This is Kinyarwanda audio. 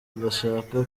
adashaka